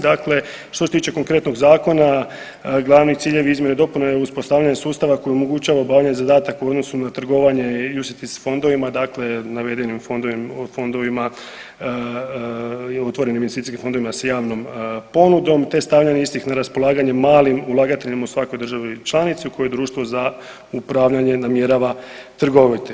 Dakle, što se tiče konkretnog zakona glavni ciljevi izmjene i dopune uspostavljanje sustava koji omogućava obavljanje zadataka u odnosu na trgovanje …/nerazumljivo/… fondovima dakle navedenim fondovima otvorenim investicijskim fondovima s javnom ponudom te stavljanje istih na raspolaganje malim ulagateljima u svakoj državi članici u kojoj društvo za upravljanje namjerava trgovati.